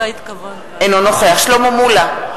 אינו נוכח שלמה מולה,